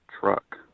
truck